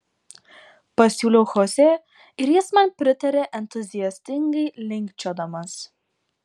pasiūlau chosė ir jis man pritaria entuziastingai linkčiodamas